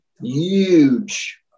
huge